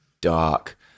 dark